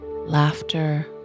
laughter